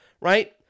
right